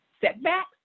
setbacks